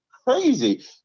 crazy